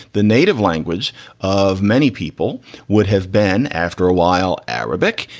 the native language of many people would have been after a while arabic.